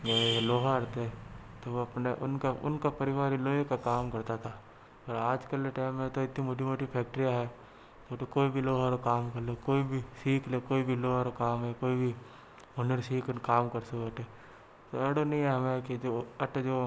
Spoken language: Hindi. वे लोहार थे तो वह अपने उनका उनका परिवार लोहे का काम करता था और आजकल के टाइम में तो इतनी मोटी मोटी फैक्ट्रियां हैं वो तो कोई भी लोहार काम कर ले कोई भी सीख ले कोई भी लोहार काम है कोई भी हुनर सीख के काम कर सके जो